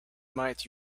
might